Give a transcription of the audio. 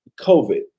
COVID